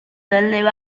dalle